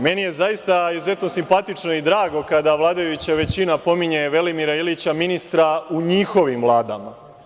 Meni je zaista izuzetno simpatično i drago kada vladajuća većina pominje Velimira Ilića, ministra u njihovim vladama.